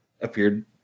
appeared